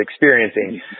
experiencing